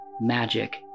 magic